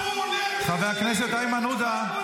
אני לא מפעיל את הזמן, חבר הכנסת איימן עודה,